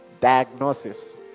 Diagnosis